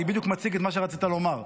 אני בדיוק מציג את מה שרצית לומר.